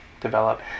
develop